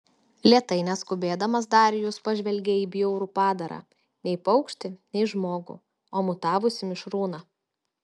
lėtai neskubėdamas darijus pažvelgė į bjaurų padarą nei paukštį nei žmogų o mutavusį mišrūną